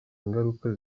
ingaruka